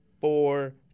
four